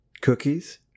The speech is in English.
Cookies